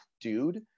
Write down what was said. dude